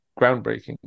groundbreaking